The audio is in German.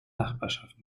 nachbarschaft